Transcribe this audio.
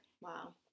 Wow